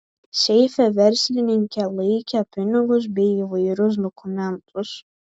seife verslininkė laikė pinigus bei įvairius dokumentus